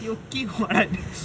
he okay what you don't know about you